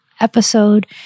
episode